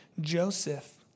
Joseph